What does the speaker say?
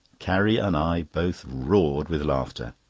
carrie and i both roared with laughter.